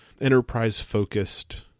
enterprise-focused